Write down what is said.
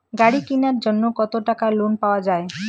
গাড়ি কিনার জন্যে কতো টাকা লোন পাওয়া য়ায়?